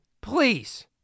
please